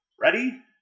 ready